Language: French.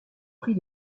prix